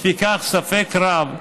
לפיכך, ספק רב,